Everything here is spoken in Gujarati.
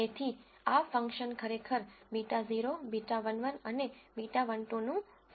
તેથી આ ફંક્શન ખરેખર β0 β11 અને β12 નું ફંક્શન છે